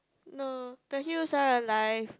no the hills are alive